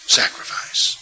sacrifice